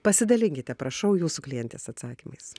pasidalinkite prašau jūsų klientės atsakymais